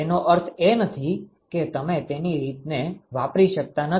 તેનો અર્થ એ નથી કે તમે તેની રીતને વાપરી શકતા નથી